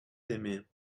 aimées